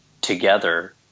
together